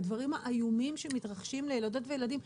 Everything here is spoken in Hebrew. הדברים האיומים שמתרחשים לילדות וילדים,